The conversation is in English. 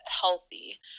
healthy